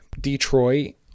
Detroit